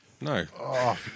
No